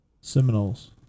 Seminoles